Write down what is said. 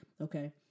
Okay